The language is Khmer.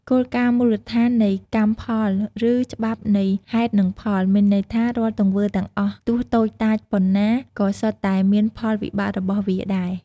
គោលការណ៍មូលដ្ឋាននៃ កម្មផល ឬ ច្បាប់នៃហេតុនិងផល មានន័យថា រាល់ទង្វើទាំងអស់ ទោះតូចតាចប៉ុនណា ក៏សុទ្ធតែមានផលវិបាករបស់វាដែរ។